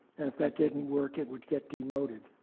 and if that didn't work, it would get demoted.